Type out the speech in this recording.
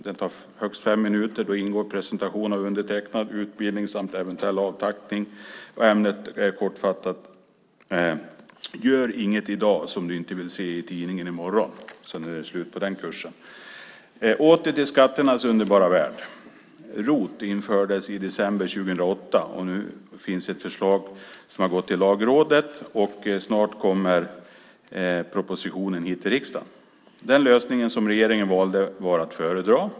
Den tar högst fem minuter, och då ingår presentation av undertecknad, utbildning samt eventuell avtackning. Ämnet är kortfattat: Gör inget i dag som du inte vill se i tidningen i morgon. Sedan är det slut på den kursen. Åter till skatternas underbara värld! ROT infördes i december 2008, och nu finns ett förslag som har gått till Lagrådet. Snart kommer propositionen hit till riksdagen. Den lösning som regeringen valde var att föredra.